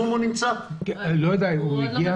שי גליק עוד לא מחובר.